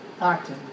acting